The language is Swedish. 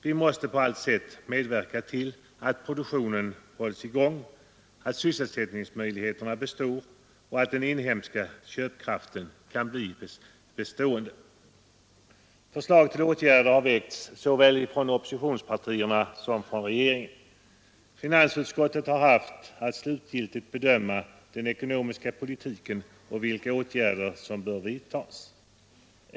Vi måste på allt sätt medverka till att produktionen hålls i gång, att sysselsättningsmöjligheterna består och att den inhemska köpkraften kan bli bestående. Förslag till åtgärder har väckts från såväl oppositionspartierna som regeringen. Finansutskottet har haft att slutgiltigt bedöma den ekonomiska politiken och vilka åtgärder som bör vidtagas.